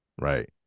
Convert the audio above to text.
Right